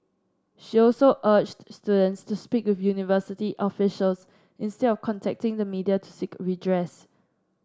she also urged students to speak with university officials instead of contacting the media to seek redress